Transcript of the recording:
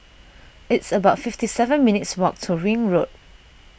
it's about fifty seven minutes' walk to Ring Road